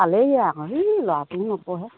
পালেহি আকৌ হেই ল'ৰাটাে নপঢ়ে